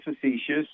facetious